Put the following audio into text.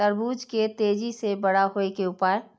तरबूज के तेजी से बड़ा होय के उपाय?